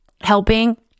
helping